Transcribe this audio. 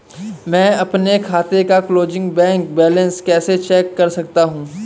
मैं अपने खाते का क्लोजिंग बैंक बैलेंस कैसे चेक कर सकता हूँ?